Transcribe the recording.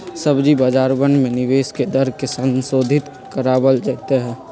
सभी बाजारवन में निवेश के दर के संशोधित करावल जयते हई